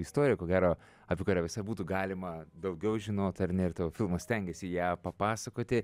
istorija ko gero apie kurią visai būtų galima daugiau žinot ar ne ir tavo filmas stengiasi ją papasakoti